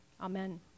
amen